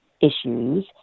issues